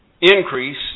increase